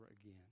again